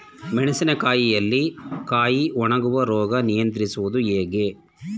ಮೆಣಸಿನ ಕಾಯಿಯಲ್ಲಿ ಕಾಯಿ ಒಣಗುವ ರೋಗ ನಿಯಂತ್ರಿಸುವುದು ಹೇಗೆ?